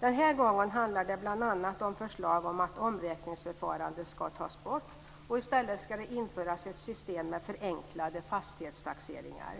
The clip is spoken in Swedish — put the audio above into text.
Den här gången handlar det bl.a. om förslag om att omräkningsförfarandet ska tas bort och att det i stället ska införas ett system med förenklade fastighetstaxeringar.